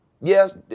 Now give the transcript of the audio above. yes